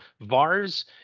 VARs